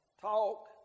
talk